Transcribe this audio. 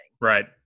right